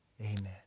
amen